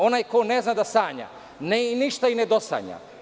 Onaj ko ne zna da sanja ništa i nedosanja.